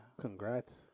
Congrats